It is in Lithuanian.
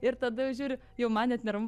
ir tada jau žiūriu jau man net neramu